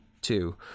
two